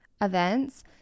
events